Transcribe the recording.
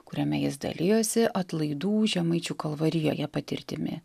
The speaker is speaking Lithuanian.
kuriame jis dalijosi atlaidų žemaičių kalvarijoje patirtimi